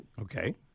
Okay